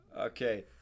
Okay